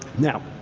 now,